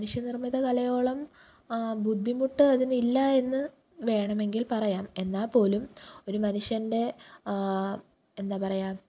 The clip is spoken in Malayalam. മനുഷ്യ നിർമ്മിത കലയോളം ബുദ്ധിമുട്ട് അതിനില്ല എന്നു വേണമെങ്കിൽ പറയാം എന്നാൽ പോലും ഒരു മനുഷ്യന്റെ എന്താ പറയുക